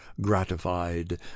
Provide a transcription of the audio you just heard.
gratified